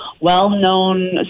well-known